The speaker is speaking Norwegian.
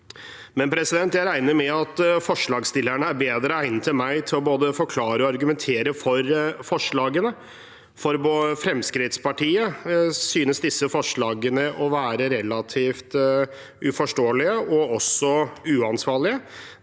velferdsgoder. Jeg regner med at forslagsstillerne er bedre egnet enn meg til både å forklare og argumentere for forslagene. For Fremskrittspartiet synes disse forslagene å være relativt uforståelige og også uansvarlige.